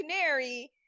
canary